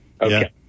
Okay